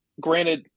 Granted